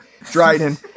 Dryden